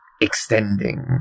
extending